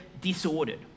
disordered